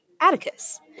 Atticus